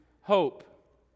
hope